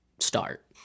start